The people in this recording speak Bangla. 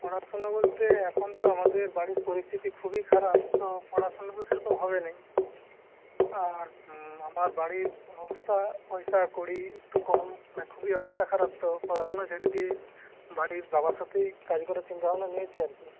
পড়াশোনা বলতে এখন তো আমাদের বাড়ির পরিস্থিতি খুবই খারাপ তো পড়াশোনা তো সেরকম হবে না আর আমার বাড়ির অবস্থা পয়সাকড়ি একটু কম মানে খুবই অবস্থা খারাপ তো পড়াশোনা ছেড়ে দিয়ে বাড়ির বাবার সাথেই কাজ করার চিন্তাভাবনা নিয়েছি আর কি